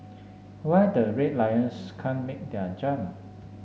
why the Red Lions can't make their jump